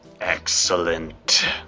Excellent